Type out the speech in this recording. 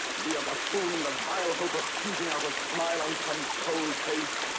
be a buffoon in the vile hope of teasing out a smile on some cold face.